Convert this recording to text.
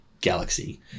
galaxy